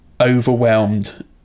...overwhelmed